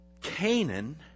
Canaan